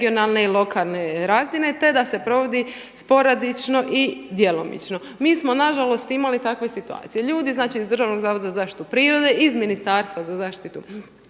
regionalne i lokalne razine, te da se provodi sporadično i djelomično. Mi smo nažalost imali takve situacije, ljudi iz Državnog zavoda za zaštitu prirode iz Ministarstva za zaštitu